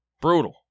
Brutal